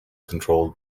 controlled